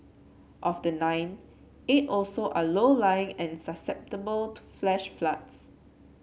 of the nine eight also are low lying and susceptible to flash floods